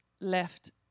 left